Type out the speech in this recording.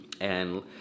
and-